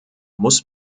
muss